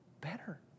better